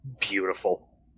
beautiful